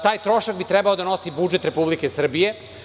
Taj trošak bi trebao da nosi budžet Republike Srbije.